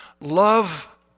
Love